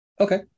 Okay